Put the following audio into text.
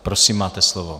Prosím, máte slovo.